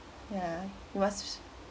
yeah what’s